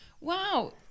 wow